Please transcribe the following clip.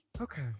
Okay